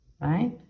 right